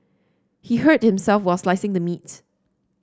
he hurt himself while slicing the meat